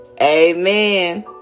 Amen